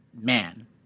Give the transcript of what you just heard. man